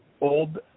Old